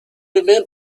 humain